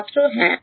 ছাত্র হ্যাঁ